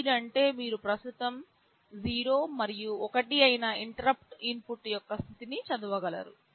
read అంటే మీరు ప్రస్తుతం 0 మరియు 1 అయినా ఇంటరుప్పుట్ ఇన్పుట్ యొక్క స్థితిని చదవగలరు